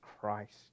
Christ